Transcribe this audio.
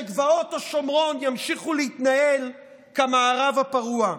גבעות השומרון ימשיכו להתנהל כמערב הפרוע.